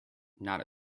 not